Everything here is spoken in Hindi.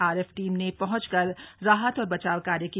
रएफ टीम ने पहंचकर राहत और बचाव कार्य किया